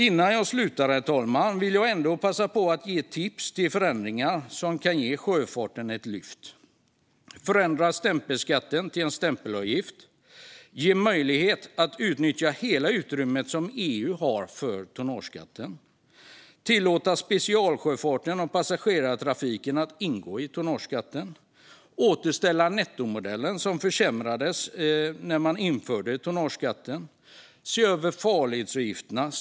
Innan jag slutar, herr talman, vill jag passa på att ge tips på förändringar som kan ge sjöfarten ett lyft. Förändra stämpelskatten till en stämpelavgift! Ge möjlighet att utnyttja hela utrymmet som EU har för tonnageskatten! Tillåt specialsjöfarten och passagerartrafiken att ingå i tonnageskatten! Återställ nettomodellen, som försämrades när man införde tonnageskatten! Se över farledsavgifterna!